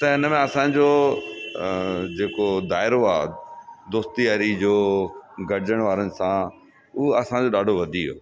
त हिन में असांजो जेको दाइरो आहे दोस्ती यारी जो गॾिजण वारनि सां उहो असांजो ॾाढो वधी वियो